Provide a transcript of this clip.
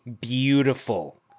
beautiful